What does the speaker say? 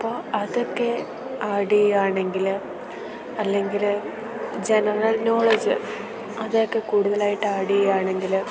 അപ്പം അതൊക്കെ ആഡ് ചെയ്യുകയാണെങ്കിൽ അല്ലെങ്കിൽ ജനറൽ നോളേജ് അതൊക്കെ കൂടുതലായിട്ട് ആഡ് ചെയ്യുകയാണെങ്കിൽ